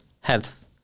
health